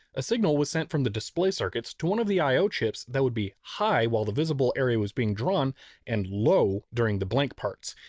a signal was sent from the display circuits to one of the i o chips that would be high while the visible area was being drawn and low during the blank parts.